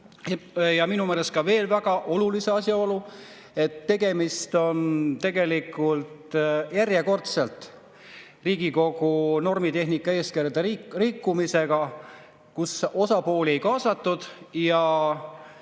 ja minu meelest veel [ühe] väga olulise asjaolu, et tegemist on tegelikult järjekordselt Riigikogu normitehnika eeskirja rikkumisega. Osapooli ei kaasatud ja